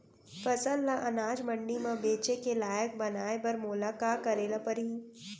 फसल ल अनाज मंडी म बेचे के लायक बनाय बर मोला का करे ल परही?